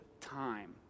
time